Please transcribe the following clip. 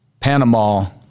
Panama